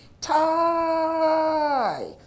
Tie